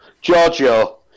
Giorgio